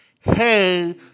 hey